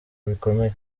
bikomeye